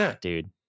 dude